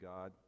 God